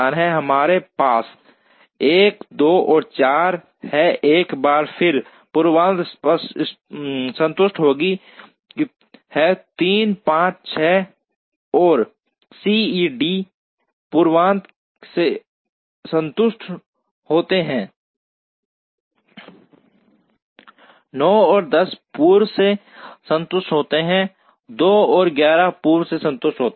जहाँ हमारे पास १ २ और ४ हैं एक बार फिर पूर्वता संतुष्ट होती है ३ ५ ६ और ced पूर्वता से संतुष्ट होते हैं ९ और १० पूर्व से संतुष्ट होते हैं 2 और ११ पूर्व से संतुष्ट होते हैं